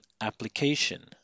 application